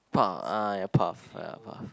path uh ya path ah path